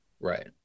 Right